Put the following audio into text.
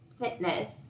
fitness